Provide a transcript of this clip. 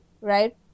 right